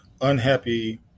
unhappy